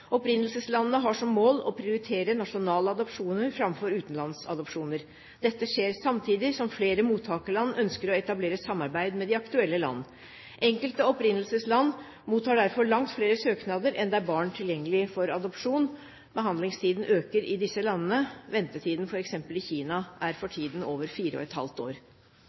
Opprinnelseslandene har som mål å prioritere nasjonale adopsjoner framfor utenlandsadopsjoner. Dette skjer samtidig som flere mottakerland ønsker å etablere samarbeid med de aktuelle land. Enkelte opprinnelsesland mottar derfor langt flere søknader enn det er barn tilgjengelig for adopsjon. Behandlingstiden øker i disse landene. Ventetiden f.eks. i Kina er for tiden over fire og et halvt år.